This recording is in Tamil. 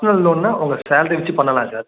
பர்சனல் லோன்னா உங்கள் சாலரி வச்சு பண்ணலாம் சார்